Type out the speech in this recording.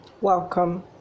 Welcome